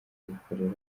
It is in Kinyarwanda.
zikorera